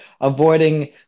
avoiding